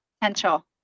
potential